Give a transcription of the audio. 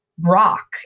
rock